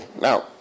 Now